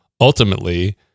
ultimately